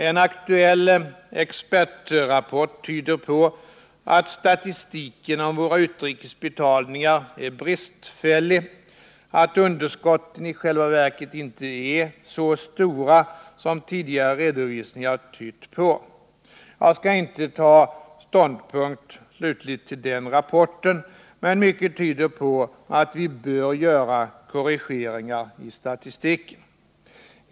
En aktuell expertrapport tyder på att statistiken om våra utrikesbetalningar är bristfällig, att underskotten i själva verket inte är så stora som tidigare redovisningar tytt på. Jag skall inte ta slutlig ståndpunkt till den rapporten, men mycket tyder på att vi bör göra korrigeringar i statistiken.